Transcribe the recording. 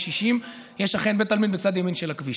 60. יש אכן בית עלמין מצד ימין של הכביש.